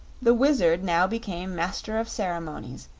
the wizard now became master of ceremonies,